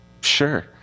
sure